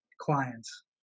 clients